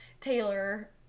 Taylor